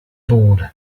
board